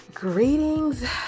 Greetings